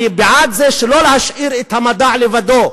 אני בעד שלא להשאיר את המדע לבדו,